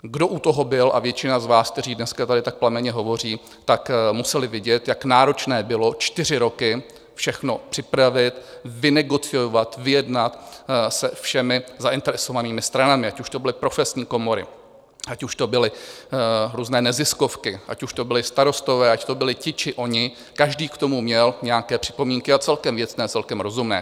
Kdo u toho byl, a většina z vás, kteří dneska tady tak plamenně hovoří, tak museli vidět, jak náročné bylo čtyři roky všechno připravit, vynegociovat, vyjednat se všemi zainteresovanými stranami, ať už to byly profesní komory, ať už to byly různé neziskovky, ať už to byli starostové, ať to byli ti, či oni, každý k tomu měl nějaké připomínky a celkem věcné a celkem rozumné.